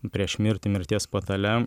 prieš mirtį mirties patale